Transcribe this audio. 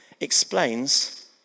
explains